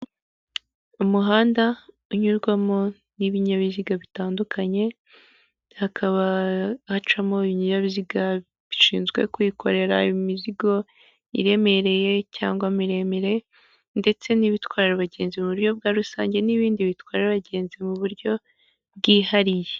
Umuhanda unyurwamo n'ibinyabiziga bitandukanye, hakaba hacamo ibinyabiziga bishinzwe kwikorera imizigo iremereye cyangwa miremire, ndetse n'ibitwara abagenzi mu buryo bwa rusange n'ibindi bitwara abagenzi mu buryo bwihariye.